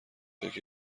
یکی